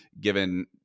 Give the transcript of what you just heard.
given